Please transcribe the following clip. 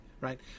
right